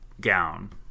gown